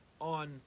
on